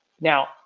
Now